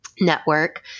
network